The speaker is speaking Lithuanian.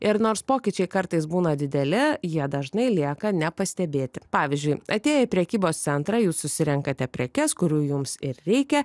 ir nors pokyčiai kartais būna dideli jie dažnai lieka nepastebėti pavyzdžiui atėję į prekybos centrą jūs susirenkate prekes kurių jums ir reikia